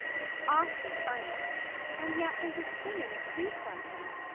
it's awfully funny and yet there's a sting in it, too, somehow.